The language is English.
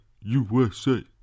USA